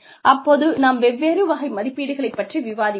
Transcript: அப்போது நாம் வெவ்வேறு வகை மதிப்பீடுகளைப் பற்றி விவாதிப்போம்